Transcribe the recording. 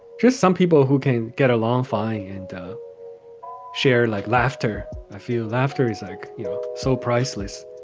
just some people who can get along fine and share like laughter i feel laughter is like yeah so priceless.